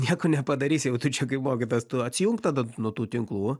nieko nepadarysi jau tu čia kaip mokytojas tu atsijunk tada nuo tų tinklų